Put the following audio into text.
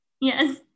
Yes